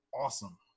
awesome